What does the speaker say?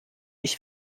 ich